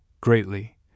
greatly